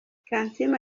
kansiime